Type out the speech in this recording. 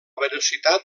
veracitat